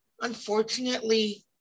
unfortunately